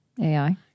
AI